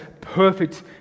perfect